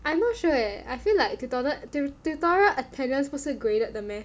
I not sure leh I feel like tutorial tutorial attendance 不是 graded 的 meh